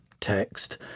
text